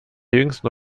jüngsten